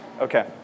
Okay